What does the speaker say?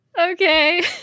Okay